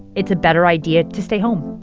it's a better idea to stay home